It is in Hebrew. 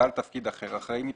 בעל תפקיד אחר אחראי מטעם התאגיד.